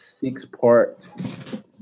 six-part